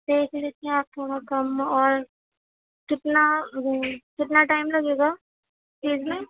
دیکھ لیجیے آپ تھوڑا کم اور کتنا کتنا ٹائم لگے گا اِس میں